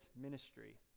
ministry